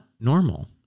normal